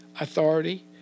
authority